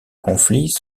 conflits